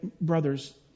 brothers